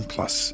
Plus